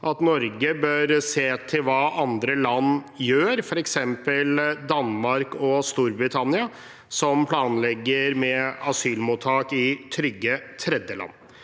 Norge bør se til hva andre land gjør, f.eks. Danmark og Storbritannia, som planlegger asylmottak i trygge tredjeland.